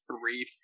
brief